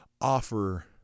offer